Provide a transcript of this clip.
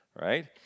Right